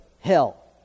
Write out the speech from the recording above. hell